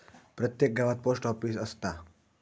प्रत्येक गावात post office असता